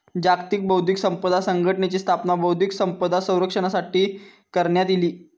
जागतिक बौध्दिक संपदा संघटनेची स्थापना बौध्दिक संपदा संरक्षणासाठी करण्यात इली